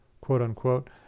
quote-unquote